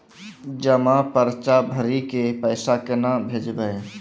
जमा पर्ची भरी के पैसा केना भेजबे?